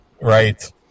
right